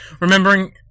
remembering